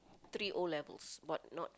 three O-levels but not